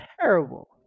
Terrible